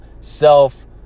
self